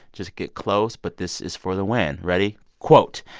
just get close. but this is for the win. ready? quote,